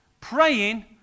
praying